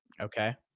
Okay